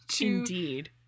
indeed